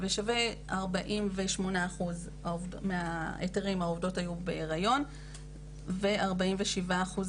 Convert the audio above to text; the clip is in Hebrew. כ-48% מהעובדות היו בהיריון וכ-47%